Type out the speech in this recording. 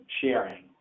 sharing